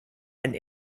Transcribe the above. and